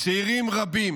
צעירים רבים